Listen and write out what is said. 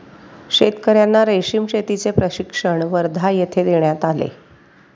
शेतकर्यांना रेशीम शेतीचे प्रशिक्षण वर्धा येथे देण्यात आले